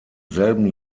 selben